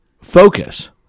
focus